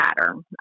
pattern